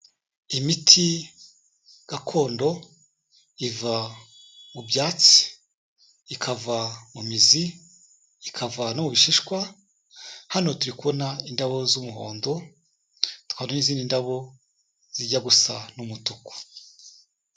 Imiti gakondo iva mu byatsi, ikava mu mizi, ikava no mu bishishwa, hano turi kubona indabo z'umuhondo, tukahabona n'izindi ndabo zijya gusa n'umutuku.